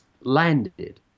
landed